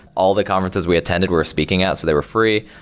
all the conferences we attended we're speaking at, so they were free.